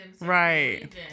Right